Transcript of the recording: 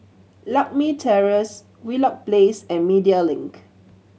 Lakme Terrace Wheelock Place and Media Link